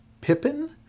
Pippin